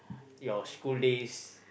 your school days